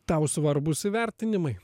tau svarbūs įvertinimai